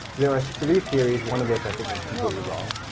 there are three theories, one of which i think is completely wrong.